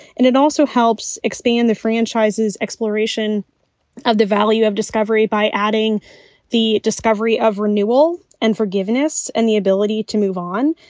and it also helps expand the franchise's exploration of the value of discovery by adding the discovery of renewal and forgiveness and the ability to move on.